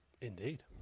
Indeed